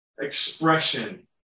expression